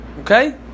Okay